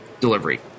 delivery